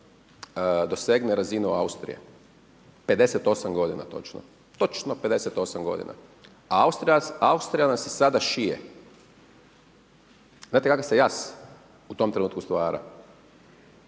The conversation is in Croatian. dosegne razinu Austrije? 58 godina točno. Točno 58 godina. A Austrija nas i sada šije. Znate kakav se jaz u tom trenutku stvara?